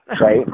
right